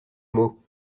mot